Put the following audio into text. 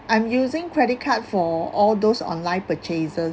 I'm using credit card for all those online purchases